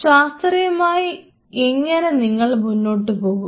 ശാസ്ത്രീയമായി എങ്ങനെ നിങ്ങൾ മുന്നോട്ടുപോകും